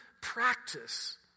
practice